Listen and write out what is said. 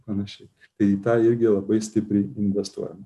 panašiai tai į tą irgi labai stipriai investuojama